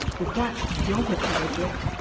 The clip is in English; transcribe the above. the dutch delta project,